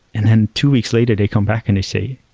and then two weeks later they come back and they say,